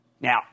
Now